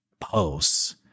posts